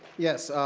yes.